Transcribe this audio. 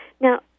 Now